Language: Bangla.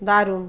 দারুণ